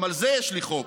גם על זה יש לי חוק,